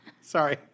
Sorry